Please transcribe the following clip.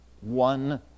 one